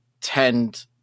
tend